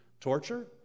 torture